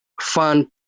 fun